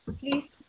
please